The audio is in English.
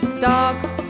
dogs